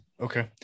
Okay